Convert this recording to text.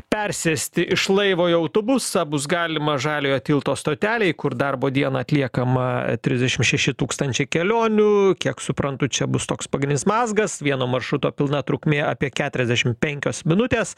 persėsti iš laivo į autobusą bus galima žaliojo tilto stotelėj kur darbo dieną atliekama trisdešimt šeši tūkstančiai kelionių kiek suprantu čia bus toks pagrindinis mazgas vieno maršruto pilna trukmė apie keturiasdešimt penkios minutės